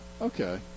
okay